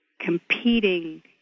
competing